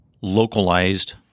localized